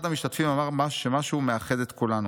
אחד המשתתפים אמר שמשהו מאחד את כולנו.